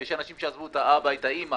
יש אנשים שעזבו את האבא ואת האימא